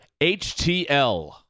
HTL